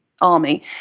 army